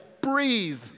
breathe